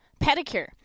Pedicure